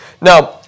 Now